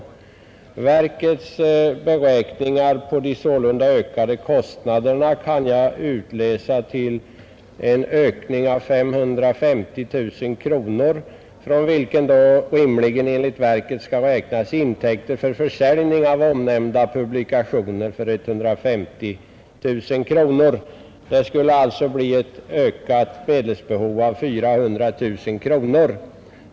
Verkets beräkningar av de sålunda ökade kostnaderna kan jag utläsa till 550 000 kronor, från vilka rimligen enligt verket bör räknas intäkter för försäljning av omnämnda publikationer för 150 000 kronor. Det skulle alltså bli ett ökat medelsbehov av 400 000 kronor.